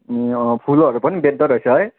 ए अँ फुलहरू पनि बेच्दोरहेछ है